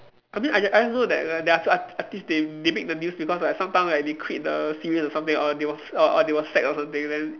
I mean I just I just know that that there are art~ artistes they they make the news because like sometimes like they quit the series or something or they were or or they were sacked or something then